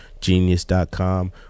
genius.com